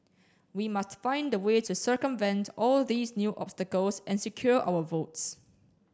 we must find a way to circumvent all these new obstacles and secure our votes